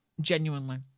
genuinely